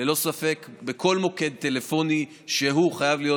ללא ספק, בכל מוקד טלפוני שהוא חייב להיות.